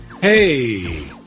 Hey